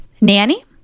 nanny